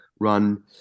run